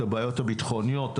הבעיות הביטחוניות,